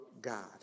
God